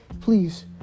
Please